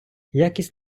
якість